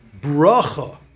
bracha